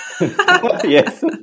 yes